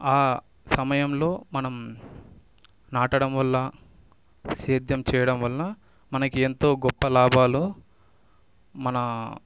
ఆ సమయంలో మనం నాటడం వల్ల సేద్యం చెయ్యడం వల్ల మనకి ఎంతో గొప్ప లాభాలు మన